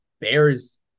Bears